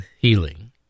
healing